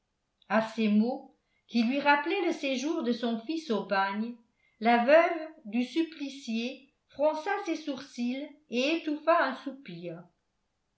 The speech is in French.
à ces mots qui lui rappelaient le séjour de son fils au bagne la veuve du supplicié fronça ses sourcils et étouffa un